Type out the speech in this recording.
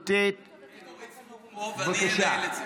הכנסת, נא לשבת, בבקשה.